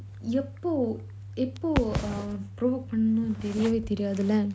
எப்போ எப்போ:yeppo yeppo uh provoked பண்ணும்னு தெரியவெய் தெரியத்துல:pannumnu teriyavey teriyathula